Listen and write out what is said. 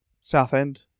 Southend